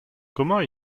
comment